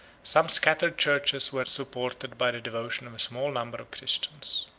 some scattered churches were supported by the devotion of a small number of christians.